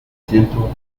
centro